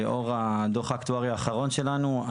לאור הדוח האקטוארי האחרון שלנו,